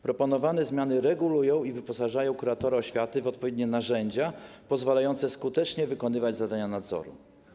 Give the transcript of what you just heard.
Proponowane zmiany regulują i wyposażają kuratora oświaty w odpowiednie narzędzia pozwalające skutecznie wykonywać zadania nadzoru.